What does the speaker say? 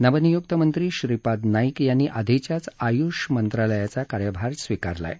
नवनियुक्त मंत्री श्रीपाद नाईक यांनी आधीच्याच आयुष मंत्रालयाचा कार्यभार स्वीकारला आहे